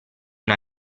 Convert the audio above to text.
una